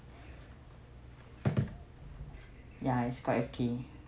ya it's quite okay